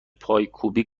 پایکوبی